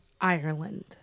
Ireland